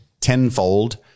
tenfold